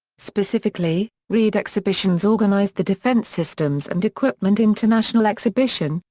specifically, reed exhibitions organized the defence systems and equipment international exhibition,